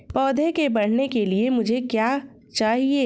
पौधे के बढ़ने के लिए मुझे क्या चाहिए?